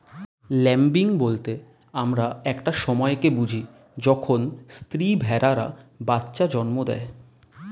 lambing বলতে আমরা একটা সময় কে বুঝি যখন স্ত্রী ভেড়ারা বাচ্চা জন্ম দেয়